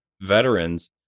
veterans